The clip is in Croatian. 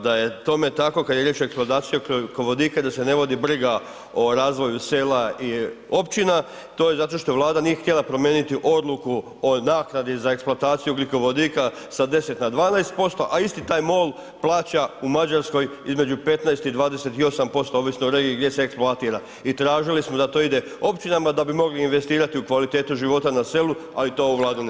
Da je tome tako, kad je riječ o eksploataciji ugljikovodika, da se ne vodi briga o razvoja sela i općina, to je zato što Vlada nije htjela promijeniti odluku o naknadi za eksploataciju ugljikovodika sa 10 na 12% a isti taj MOL plaća u Mađarskoj između 15 i 28%, ovisno o regiji gdje se eksploatira i tražili smo da to ide općinama da bi mogli investirati u kvalitetu života na selu ali to ovu Vladu ne zanima.